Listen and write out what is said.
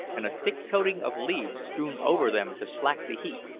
and a thick coating of leaves strewn over them to slack the heat.